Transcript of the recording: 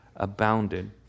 abounded